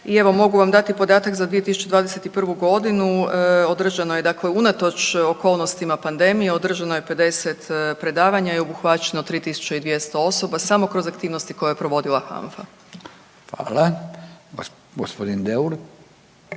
I evo mogu vam dati podatak za 2021.g. održano je unatoč okolnostima pandemije, održano je 50 predavanja i obuhvaćeno 3.200 osoba samo kroz aktivnosti koje je provodila HANFA. **Radin, Furio